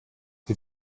sie